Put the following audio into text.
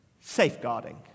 Safeguarding